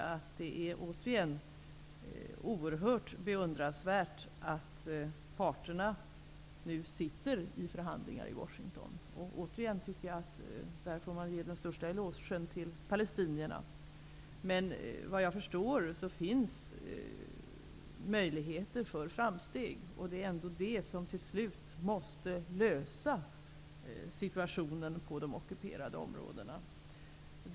Jag vill än en gång säga att det är oerhört beundransvärt att parterna nu sitter i förhandlingar i Washington och att den största elogen får ges till palestinierna. Vad jag förstår finns det möjligheter för framsteg, och det är ändå på detta sätt som situationen i de ockuperade områdena till slut måste lösas.